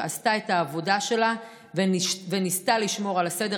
שעשתה את העבודה שלה וניסתה לשמור על הסדר